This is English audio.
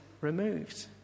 removed